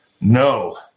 No